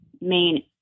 main